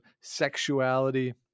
sexuality